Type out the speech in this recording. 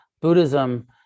Buddhism